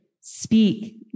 speak